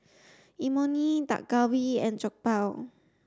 Imoni Dak Galbi and Jokbal